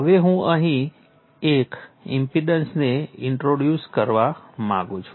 હવે હું અહીં એક ઇમ્પેડન્સને ઇન્ટ્રોડ્યુસ કરવા માંગુ છું